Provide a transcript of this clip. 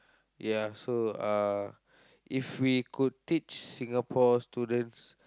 ya so uh if we could teach Singapore students